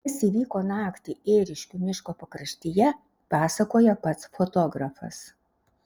kas įvyko naktį ėriškių miško pakraštyje pasakoja pats fotografas